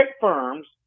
firms